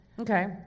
Okay